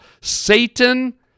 Satan